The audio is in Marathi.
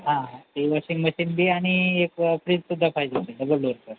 हा ते वॉशिंग मशीन बी आणि एक फ्रीजसुद्धा पाहिजे हो असते डबल डोअरचं